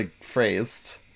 phrased